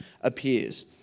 appears